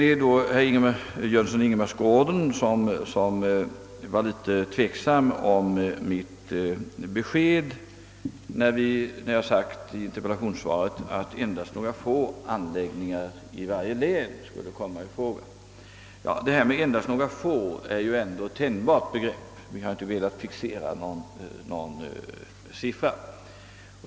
Herr Jönsson i Ingemarsgården ställde sig litet tveksam till mitt besked i interpellationssvaret att endast några få anläggningar i varje län skulle komma i fråga. »Några få» är ju ändå ett tänjbart begrepp. Vi har inte velat fixera någon siffra.